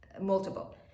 multiple